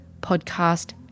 podcast